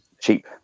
cheap